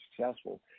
successful